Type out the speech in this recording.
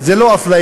זה לא אפליה?